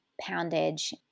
Poundage